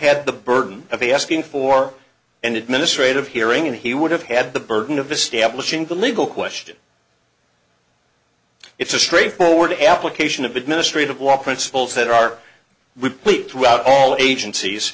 had the burden of asking for an administrative hearing and he would have had the burden of establishing the legal question it's a straightforward application of administrative law principles that are we please throughout all agencies